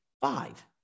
five